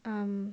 um